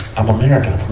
i'm american,